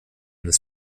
this